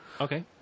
Okay